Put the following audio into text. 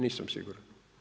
Nisam siguran.